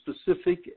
specific